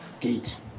gate